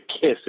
Kiss